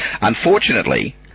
Unfortunately